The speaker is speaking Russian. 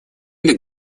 или